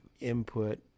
input